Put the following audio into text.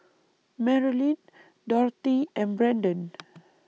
Marlyn Dorthy and Brandon